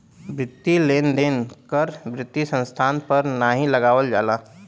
वित्तीय लेन देन कर वित्तीय संस्थान पर नाहीं लगावल जाला